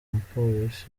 mupolisi